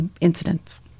incidents